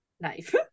Knife